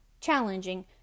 challenging